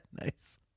nice